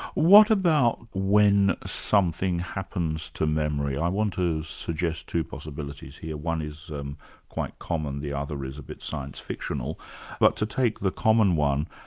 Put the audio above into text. what about when something happens to memory? i want to suggest two possibilities here one is um quite common, the other is a bit science fictional but to take the common one.